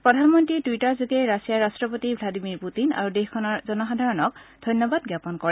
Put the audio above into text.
প্ৰধানমন্ত্ৰীয়ে টুইটাৰযোগে ৰাছিয়াৰ ৰট্টপতি ভাডিমিৰ পূটিন আৰু দেশখনৰ জনসাধাৰণক ধন্যবাদ জাপন কৰে